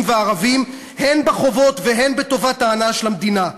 וערבים הן בחובות והן בטובת ההנאה של המדינה.